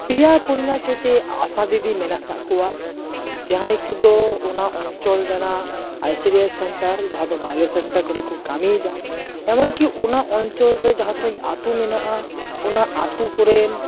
ᱯᱮᱭᱟ ᱯᱩᱱᱭᱟ ᱠᱟᱛᱮ ᱟᱥᱟ ᱫᱤᱫᱤ ᱢᱮᱱᱟᱜ ᱟᱠᱟᱫ ᱠᱚᱣᱟ ᱡᱟᱦᱟᱭ ᱠᱚᱫᱚ ᱚᱱᱟ ᱚᱧᱪᱚᱞ ᱨᱮᱱᱟᱜ ᱟᱭᱥᱤᱰᱤᱭᱮᱥ ᱥᱮᱱᱴᱟᱨ ᱡᱟᱦᱟᱸ ᱫᱚ ᱢᱟᱭᱞᱳ ᱥᱮᱱᱴᱟᱨ ᱠᱚᱨᱮ ᱠᱚ ᱠᱟᱹᱢᱤᱭᱮᱫᱟ ᱮᱢᱚᱱ ᱠᱤ ᱚᱱᱟ ᱚᱧᱪᱚᱞ ᱨᱮ ᱡᱟᱦᱟᱸ ᱛᱤᱱᱟᱹᱜ ᱟᱹᱛᱩ ᱢᱮᱱᱟᱜᱼᱟ ᱚᱱᱟ ᱟᱹᱛᱩ ᱠᱚᱨᱮᱱ